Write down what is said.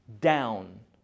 down